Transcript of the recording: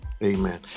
Amen